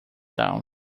down